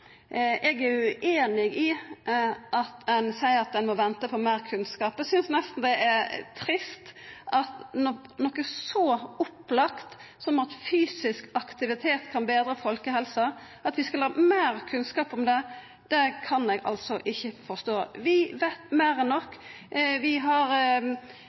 Eg er ueinig i det som vert sagt om at ein må venta på meir kunnskap. Eg synest nesten det er trist når det gjeld noko så opplagt som at fysisk aktivitet kan betra folkehelsa. At vi skal ha meir kunnskap om det, kan eg ikkje forstå. Vi veit meir enn nok. Vi